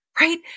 Right